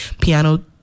Piano